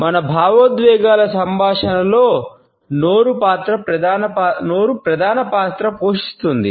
మన భావోద్వేగాల సంభాషణలో నోరు ప్రధాన పాత్ర పోషిస్తుంది